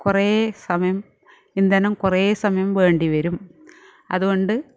കുറെ സമയം എന്താനും കുറെ സമയം വേണ്ടി വരും അതുകൊണ്ട്